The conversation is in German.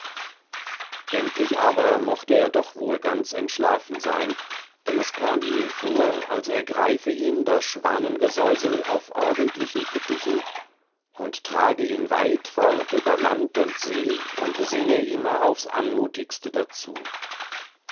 endlich aber mochte er doch wohl ganz entschlafen sein denn es kam ihm vor als ergreife ihn das schwanengesäusel auf ordentlichen fittichen und trage ihn weit fort über land und see und singe immer aufs anmutigste dazu